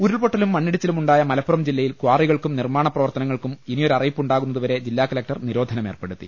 ഉരുൾപൊട്ടലും മണ്ണിടിച്ചിലുമുണ്ടായ മലപ്പുറം ജില്ലയിൽ കാറികൾക്കും നിർമ്മാണ പ്രവർത്തനങ്ങൾക്കും ഇനിയൊരറി യിപ്പുണ്ടാകുന്നതുവരെ ജില്ലാ കലക്ടർ നിരോധനമേർപ്പെടുത്തി